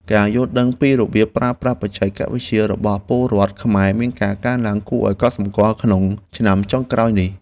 ការយល់ដឹងពីរបៀបប្រើប្រាស់បច្ចេកវិទ្យារបស់ពលរដ្ឋខ្មែរមានការកើនឡើងគួរឱ្យកត់សម្គាល់ក្នុងឆ្នាំចុងក្រោយនេះ។